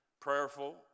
prayerful